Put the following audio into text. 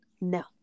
No